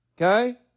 Okay